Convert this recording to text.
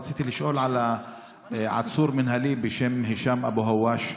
רציתי לשאול על עצור מינהלי בשם הישאם אבו הואש,